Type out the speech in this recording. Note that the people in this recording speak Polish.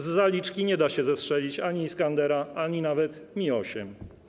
Z zaliczki nie da się zestrzelić ani iskandera, ani nawet Mi-8.